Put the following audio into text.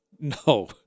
No